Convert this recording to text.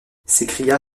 s’écria